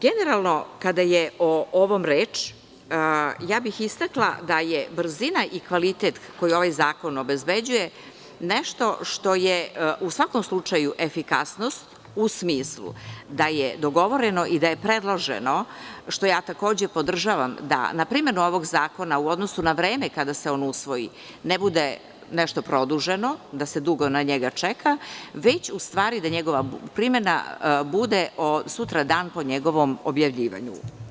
Generalno kada je o ovom reč, ja bih istakla da je brzina i kvalitet koju ovaj zakon obezbeđuje nešto što je u svakom slučaju efikasnost u smislu da je dogovoreno i da je predloženo, što ja takođe podržavam, da na primenu ovog zakona u odnosu na vreme kada se on usvoji ne bude nešto produženo, da se dugo na njega čeka, već da njegova primena bude sutradan po njegovom objavljivanju.